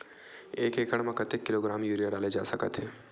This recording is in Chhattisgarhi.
एक एकड़ म कतेक किलोग्राम यूरिया डाले जा सकत हे?